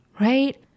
right